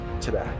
today